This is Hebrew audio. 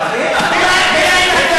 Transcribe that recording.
נכון שאתה,